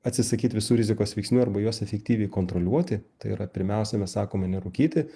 atsisakyt visų rizikos veiksnių arba juos efektyviai kontroliuoti tai yra pirmiausia mes sakome nerūkyti